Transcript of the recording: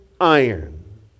iron